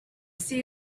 see